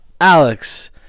Alex